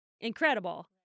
incredible